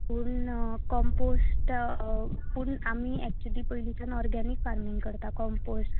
पूण कम्पॉस्ट पूण आमी एकच्युली पयलींच्यान ऑर्गेनिक फार्मिंग करता कम्पॉस्ट